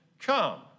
come